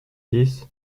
dix